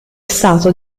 stato